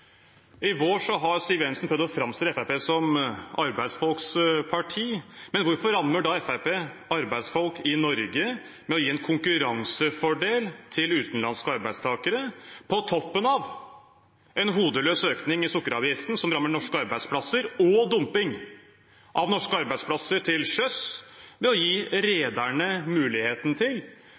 I vår har Siv Jensen prøvd å framstille Fremskrittspartiet som arbeidsfolks parti, men hvorfor rammer da Fremskrittspartiet arbeidsfolk i Norge ved å gi en konkurransefordel til utenlandske arbeidstakere – på toppen av en hodeløs økning i sukkeravgiften, som rammer norske arbeidsplasser – og dumping av norske arbeidsplasser til sjøs ved å gi rederne muligheten til